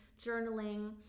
journaling